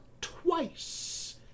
twice